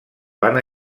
van